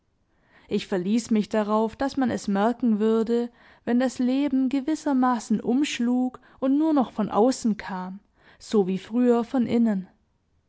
ich verließ mich darauf daß man es merken würde wenn das leben gewissermaßen umschlug und nur noch von außen kam so wie früher von innen